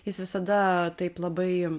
jis visada taip labai